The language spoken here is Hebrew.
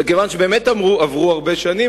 וכיוון שבאמת עברו הרבה שנים,